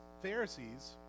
Pharisees